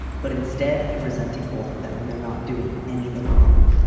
but instead i'm resenting both of them when they're not doing anything wrong